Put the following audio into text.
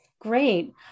Great